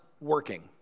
working